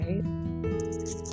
right